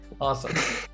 awesome